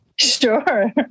Sure